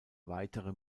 weitere